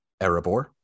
Erebor